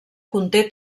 conté